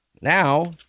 Now